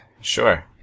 sure